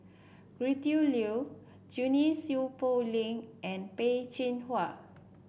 Gretchen Liu Junie Sng Poh Leng and Peh Chin Hua